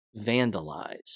vandalize